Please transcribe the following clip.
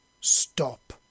Stop